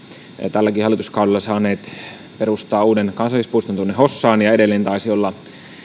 tälläkin hallituskaudella saaneet perustaa uuden kansallispuiston tuonne hossaan ja edellinen taisi olla